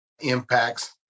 impacts